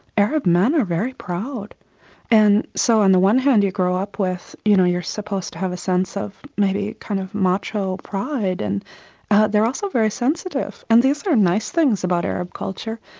arab men are very proud and so on the one hand you grow up with, you know, you're supposed to have a sense of maybe a kind of macho pride, and they are also very sensitive. and these are nice things about arab culture,